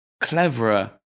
cleverer